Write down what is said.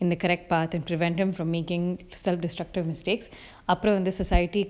in the correct path of driven him from making self destructive mistakes அப்புறம் வந்து:appuram vanthu society